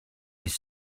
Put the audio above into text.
his